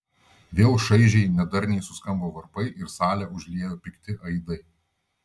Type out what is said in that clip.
vėl šaižiai nedarniai suskambo varpai ir salę užliejo pikti aidai